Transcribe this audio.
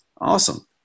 Awesome